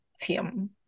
team